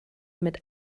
mit